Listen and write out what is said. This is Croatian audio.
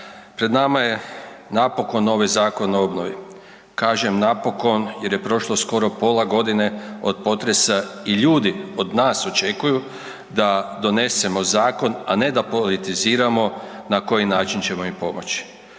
pred nama je napokon ovaj Zakon o obnovi. Kaže, napokon jer je prošlo skoro pola godine od potresa i ljudi od nas očekuju da donesemo zakon, a ne da politiziramo na koji način ćemo im pomoći.